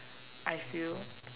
I feel